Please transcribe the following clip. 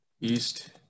East